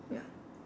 ya